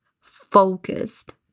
focused